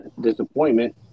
disappointment